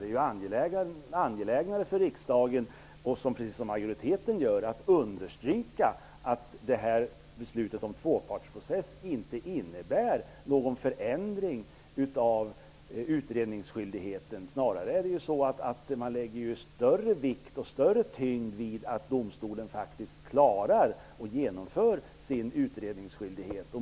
Det är angelägnare för riksdagen att - precis som majoriteten gör - understryka att beslutet om tvåpartsprocess inte innebär någon förändring av utredningsskyldigheten. Det är snarare så att man lägger större vikt och tyngd vid att domstolen faktiskt klarar av att genomföra sin utredningsskyldighet.